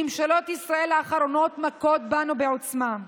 ממשלות ישראל האחרונות מכות בנו בעוצמה.